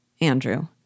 Andrew